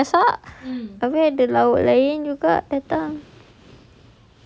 then like ibu masak tapi ada lauk lain juga that time